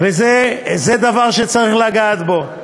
וזה דבר שצריך לגעת בו,